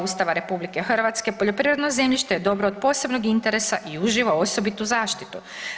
Ustava RH poljoprivredno zemljište je dobro od posebnog interesa i uživa osobitu zaštitu.